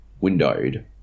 windowed